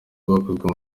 bwakozwe